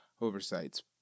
oversights